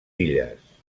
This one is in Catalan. illes